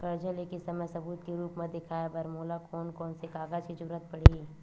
कर्जा ले के समय सबूत के रूप मा देखाय बर मोला कोन कोन से कागज के जरुरत पड़ही?